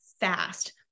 fast